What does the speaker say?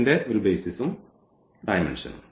ന്റെ ഒരു ബേയ്സിസും ഡയമെന്ഷനും